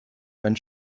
ein